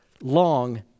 long